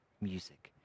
music